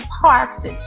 Parks